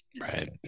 Right